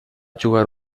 jugar